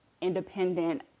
independent